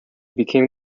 became